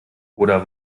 oder